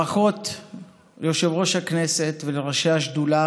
ברכות ליושב-ראש הכנסת ולראשי השדולה